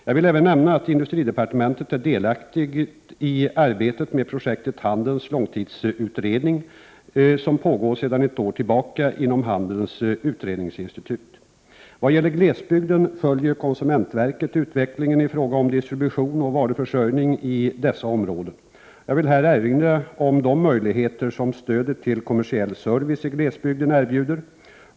Jag vill även nämna att industridepartementet är delaktigt i arbetet med projektet Handelns långtidsutredning, som pågår sedan ett år tillbaka inom Handelns utredningsinstitut. I vad gäller glesbygden följer konsumentverket utvecklingen i fråga om distribution och varuförsörjning i dessa områden. Jag vill här erinra om de möjligheter som stödet till kommersiell service i glesbygden erbjuder.